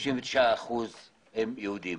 ו-39 אחוזים הם יהודים.